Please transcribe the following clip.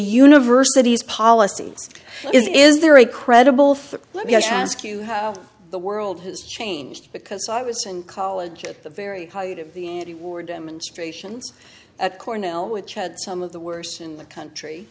university's policy is there a credible thought let me ask you how the world has changed because i was in college at the very height of the antiwar demonstrations at cornell which had some of the worst in the country